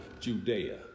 Judea